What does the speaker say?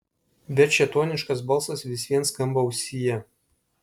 bet šėtoniškas balsas vis vien skamba ausyje